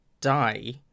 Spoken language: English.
die